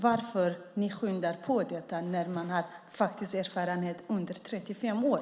Varför skyndar ni på detta när man faktiskt har erfarenhet under 35 år?